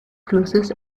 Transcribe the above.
flusses